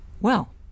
Well